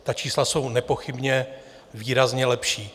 Ta čísla jsou nepochybně výrazně lepší.